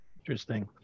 Interesting